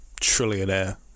trillionaire